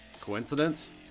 coincidence